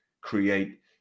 create